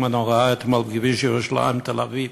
הנוראה שהייתה אתמול בכביש ירושלים תל-אביב,